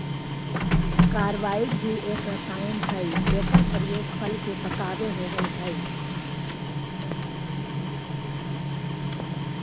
carbide भी एक रसायन हई एकर प्रयोग फल के पकावे होवऽ हई